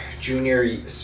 junior